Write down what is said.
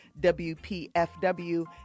WPFW